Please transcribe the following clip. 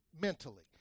mentally